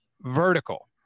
vertical